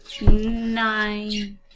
Nine